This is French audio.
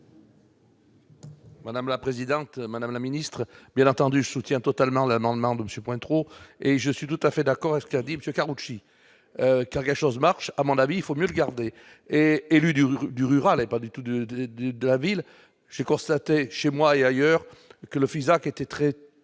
Madame la présidente, madame la ministre, bien entendu, je soutiens totalement l'amendement de monsieur trop et je suis tout à fait d'accord et ce qu'a dit monsieur Karoutchi choses marchent à mon avis il faut mieux gardés et élu du du rural et pas du tout de, de, de, de la ville, j'ai constaté chez moi et ailleurs, que le Fisac était très,